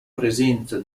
presenza